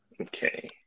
Okay